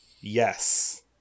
Yes